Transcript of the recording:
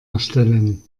erstellen